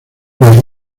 los